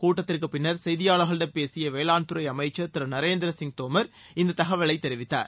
கூட்டத்திற்குப் பின்னர் செய்தியாளர்களிடம் பேசிய வேளாண் துறை அமைச்சர் திரு நரேந்திர சிங் தோமர் இந்த தகவலை தெரிவித்தார்